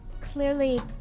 clearly